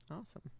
Awesome